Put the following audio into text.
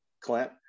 Clint